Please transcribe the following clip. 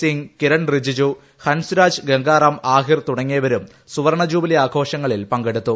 സിംഗ് കിരൺ റിജിജു ഹൻസ് രാജ് ഗംഗാറാം ആഹിർ തുടങ്ങിയവരും സുവർണ്ണ ജൂബിലി ആഘോഷ ങ്ങളിൽ പങ്കെടുത്തു